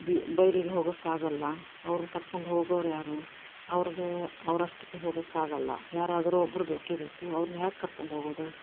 B ಬೈಲಿಗೆ ಹೋಗೋಕ್ ಆಗೋಲ್ಲ ಅವ್ರನ್ನು ಕರ್ಕೊಂಡು ಹೋಗೋರು ಯಾರು ಅವ್ರಿಗೆ ಅವರಷ್ಟಕ್ಕೆ ಹೋಗೋಕ್ ಆಗೋಲ್ಲ ಯಾರಾದರೂ ಒಬ್ಬರು ಬೇಕೇ ಬೇಕು ಅವ್ರನ್ನು ಹೇಗ್ ಕರ್ಕೊಂಡು ಹೋಗೋದು